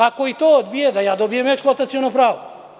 Ako i to odbije, da ja dobijem eksploataciono pravo.